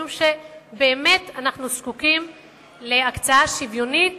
משום שבאמת אנחנו זקוקים להקצאה שוויונית